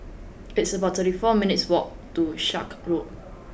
it's about thirty four minutes' walk to Sakra Road